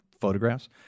photographs